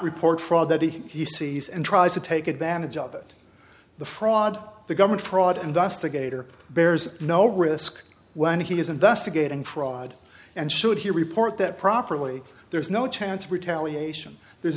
report fraud that he sees and tries to take advantage of the fraud the government fraud investigator bears no risk when he is investigating fraud and should he report that properly there's no chance of retaliation there's